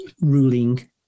ruling